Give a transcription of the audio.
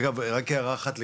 אגב, רק הערה אחת לגבי,